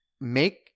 make